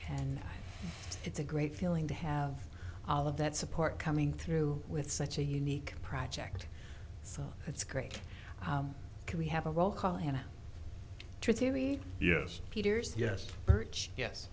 and it's a great feeling to have all of that support coming through with such a unique project so it's great can we have a roll call in a true theory yes peters yes birch yes